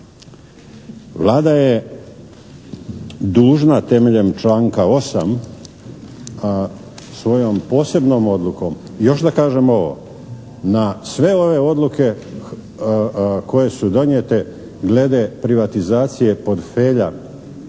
Vlada je dužna temeljem članka 8. svojom posebnom odlukom, još da kažem ovo, na sve ove odluke koje su donijete glede privatizacije portfelja